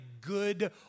good